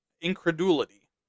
Incredulity